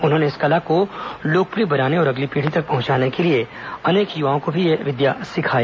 उन्होंने इस कला को लोकप्रिय बनाने और अगली पीढ़ी तक पहुंचाने को लिए अनेक युवाओं को भी यह धनुर्विद्या सिखाई